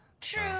True